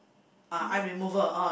is it